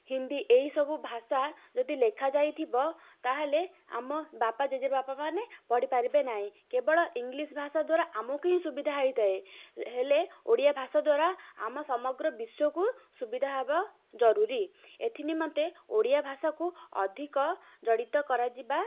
ହିନ୍ଦୀ ଏହିସବୁ ଭାଷା ଯଦି ଲେଖା ଯାଇଥିବ ତା'ହେଲେ ଆମ ବାପା ଜେଜେ ବାପା ମାନେ ପଢ଼ିପାରିବେ ନାହିଁ କେବଳ ଇଂଲିଶ୍ ଭାଷା ଦ୍ୱାରା ଆମକୁ ହିଁ ସୁବିଧା ହେଇଥାଏ ହେଲେ ଓଡ଼ିଆ ଭାଷା ଦ୍ୱାରା ଆମ ସମଗ୍ର ବିଶ୍ୱକୁ ସୁବିଧା ହେବା ଜରୁରୀ ଏଥି ନିମନ୍ତେ ଓଡ଼ିଆ ଭାଷାକୁ ଅଧିକ ଜଡ଼ିତ କରାଯିବା